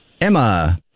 Emma